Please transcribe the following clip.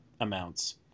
amounts